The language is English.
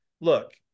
look